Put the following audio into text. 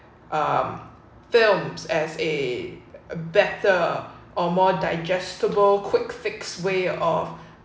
um films as a a better or more digestible quick fix way of